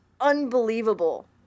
unbelievable